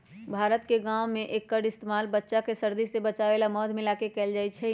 भारत के गाँव में एक्कर इस्तेमाल बच्चा के सर्दी से बचावे ला मध मिलाके कएल जाई छई